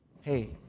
Hey